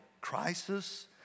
crisis